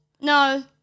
No